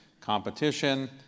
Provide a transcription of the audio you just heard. competition